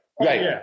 Right